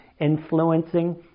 influencing